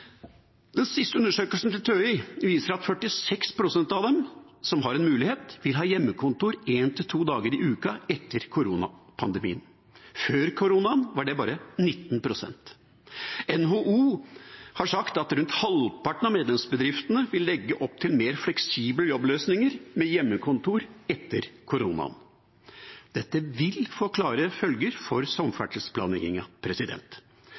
Den siste undersøkelsen til TØI viser at 46 pst. av dem som har mulighet til det, vil ha hjemmekontor 1–2 dager i uken etter koronapandemien. Før koronaen var det bare 19 pst. NHO har sagt at rundt halvparten av medlemsbedriftene vil legge opp til mer fleksible jobbløsninger med hjemmekontor etter koronaen. Dette vil få klare følger for